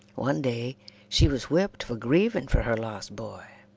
one day she was whipped for grieving for her lost boy.